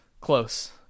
close